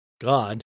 God